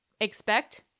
expect